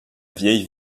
vieille